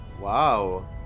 Wow